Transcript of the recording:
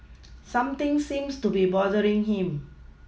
something seems to be bothering him